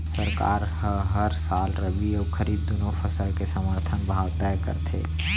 सरकार ह हर साल रबि अउ खरीफ दूनो फसल के समरथन भाव तय करथे